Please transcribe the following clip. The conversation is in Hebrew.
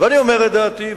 ואני אומר את דעתי,